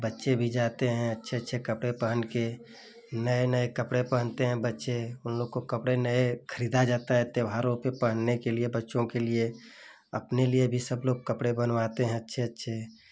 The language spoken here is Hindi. बच्चे भी जाते हें अच्छे अच्छे कपड़े पहन के नए नए कपड़े पहनते हें बच्चे उन लोग को कपड़े नए खरीदा जाता है त्योहारों के पहनने के लिए बच्चों के लिए अपने लिए भी सब लोग कपड़े बनवाते हैं अच्छे अच्छे